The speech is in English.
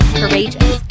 courageous